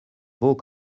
beau